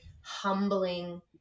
humbling